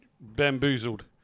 Bamboozled